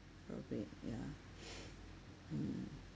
probably ya mm